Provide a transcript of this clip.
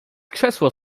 krzesło